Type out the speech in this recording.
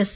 yes